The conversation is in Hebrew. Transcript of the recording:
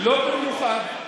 לא במיוחד.